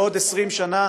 בעוד 20 שנה